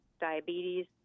diabetes